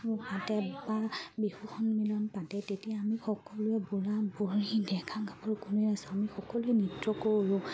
পাতে বা বিহু সন্মিলন পাতে তেতিয়া আমি সকলোৱে বুঢ়া বুঢ়ী ডেকা গাভৰু কমেও আছোঁ আমি সকলোৱে নৃত্য কৰোঁ